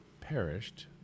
perished